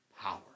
power